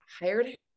hired